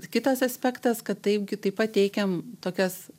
kitas aspektas kad taip gi taip pat teikiam tokias